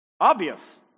Obvious